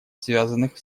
связанных